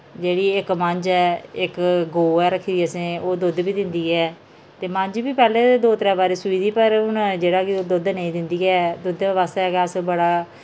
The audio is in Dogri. जेह्ड़ी इक मंझ ऐ इक गौ ऐ रक्खे दी असें ओ दुध्द बी दिन्दी ऐ ते मंझ बी पैह्ले दो त्रै बारी सुई दी पर हून जेह्ड़ा कि ओ दुद्ध नेईं दिंदी ऐ दुद्धै आस्तै गै अस बड़ा